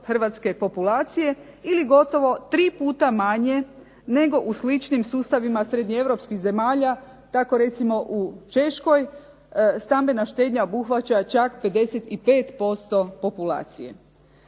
hrvatske populacije ili gotovo 3 puta manje nego u sličnim sustavima srednjoeuropskih zemalja. Tako recimo u Češkoj stambena štednja obuhvaća čak 55% populacije.